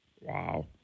Wow